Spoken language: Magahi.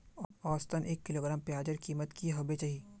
औसतन एक किलोग्राम प्याजेर कीमत की होबे चही?